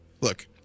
Look